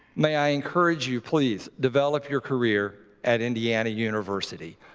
may i encourage you, please, develop your career at indiana university.